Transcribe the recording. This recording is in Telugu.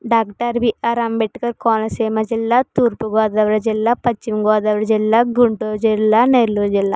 డాక్టర్ బిఆర్ అంబేద్కర్ కోనసీమ జిల్లా తూర్పుగోదావరి జిల్లా పశ్చిమగోదావరి జిల్లా గుంటూరు జిల్లా నెల్లూరు జిల్లా